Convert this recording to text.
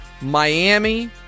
Miami